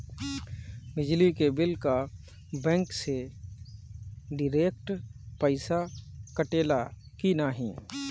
बिजली के बिल का बैंक से डिरेक्ट पइसा कटेला की नाहीं?